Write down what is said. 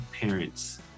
parents